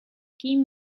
kim